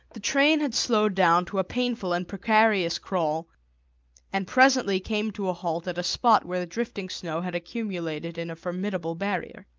the train had slowed down to a painful and precarious crawl and presently came to a halt at a spot where the drifting snow had accumulated in a formidable barrier.